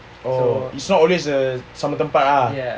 oh is not always the sama part lah